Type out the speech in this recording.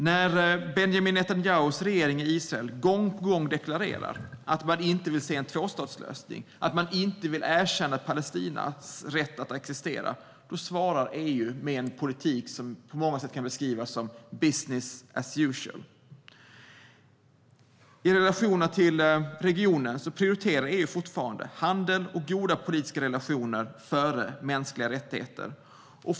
När Benjamin Netanyahus regering i Israel gång på gång deklarerar att man inte vill se en tvåstatslösning, att man inte vill erkänna Palestinas rätt att existera, svarar EU med en politik som på många sätt kan beskrivas som business as usual. I relationen till regionen prioriterar EU fortfarande handel och goda politiska relationer före mänskliga rättigheter.